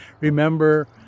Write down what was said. remember